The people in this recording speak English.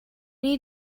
need